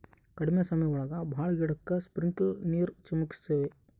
ಕಡ್ಮೆ ಸಮಯ ಒಳಗ ಭಾಳ ಗಿಡಕ್ಕೆ ಸ್ಪ್ರಿಂಕ್ಲರ್ ನೀರ್ ಚಿಮುಕಿಸ್ತವೆ